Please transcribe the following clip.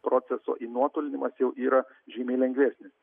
proceso įnuotolinimas jau yra žymiai lengvesnis